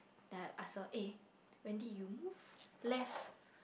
then I ask her eh Wendy you move left